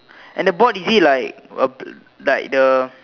and the board is it like a like the